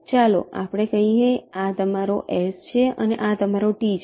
ચાલો આપણે કહીએ કે આ તમારો S છે અને આ તમારો T છે